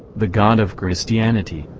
the god of christianity,